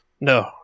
No